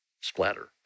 splatter